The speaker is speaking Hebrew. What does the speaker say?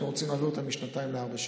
שאנחנו רוצים להעביר אותן משנתיים לארבע שנים.